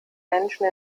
menschen